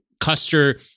custer